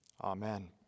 Amen